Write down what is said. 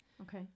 Okay